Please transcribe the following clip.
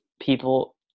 people